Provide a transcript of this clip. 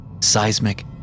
seismic